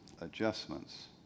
adjustments